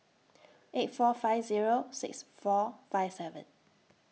eight four five Zero six four five seven